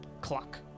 clock